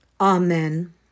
amen